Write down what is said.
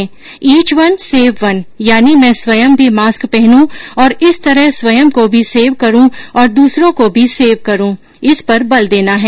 etch one save one यानि मैं स्वयं भी मास्क पहनूं और इस तरह स्वयं को भी सेव करूं और दूसरों को भी सेव करूं इस पर बल देना है